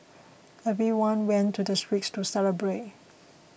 everyone went to the streets to celebrate